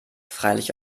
freilich